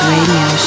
Radio